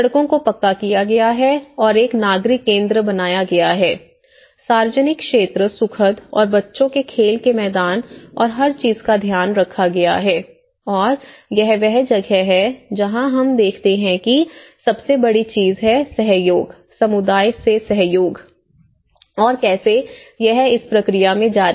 सड़कों को पक्का किया गया है और एक नागरिक केंद्र बनाया गया है सार्वजनिक क्षेत्र सुखद और बच्चों के खेल के मैदान और हर चीज का ध्यान रखा गया है और यह वह जगह है जहां हम देखते हैं कि सबसे बड़ी चीज है सहयोग समुदाय से सहयोग और कैसे यह इस प्रक्रिया में जारी है